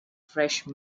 fresh